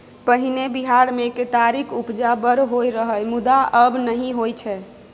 पहिने बिहार मे केतारीक उपजा बड़ होइ रहय मुदा आब नहि होइ छै